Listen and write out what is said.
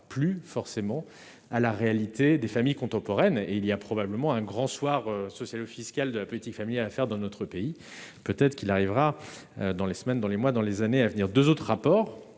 plus forcément à la réalité des familles contemporaines et il y a probablement un grand soir social ou fiscal de la politique familiale à faire dans notre pays, peut-être qu'il arrivera dans les semaines, dans les mois, dans les années à venir, 2 autres rapports